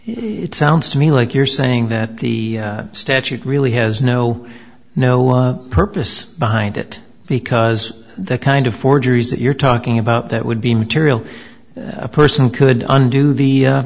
it sounds to me like you're saying that the statute really has no no one purpose behind it because that kind of forgeries that you're talking about that would be material a person could undo the